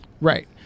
right